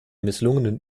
misslungenen